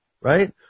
right